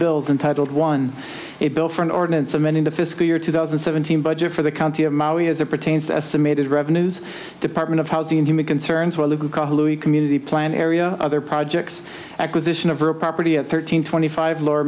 bills untitled one a bill for an ordinance amending the fiscal year two thousand and seventeen budget for the county of maui as it pertains to estimated revenues department of housing and human concerns world community plan area other projects acquisition of her property at thirteen twenty five lower